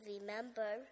remember